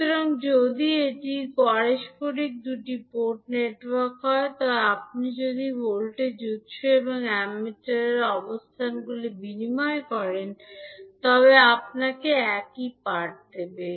সুতরাং যদি এটি পারস্পরিক দুটি পোর্ট নেটওয়ার্ক হয় তবে আপনি যদি ভোল্টেজ উত্স এবং অ্যামিটারের অবস্থানগুলি বিনিময় করেন তবে আপনাকে একই পাঠ দেবে